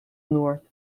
north